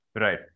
Right